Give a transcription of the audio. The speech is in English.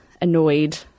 annoyed